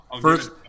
First